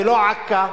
ולא "עכא",